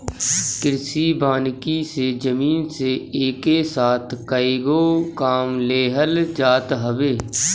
कृषि वानिकी से जमीन से एके साथ कएगो काम लेहल जात हवे